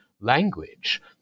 language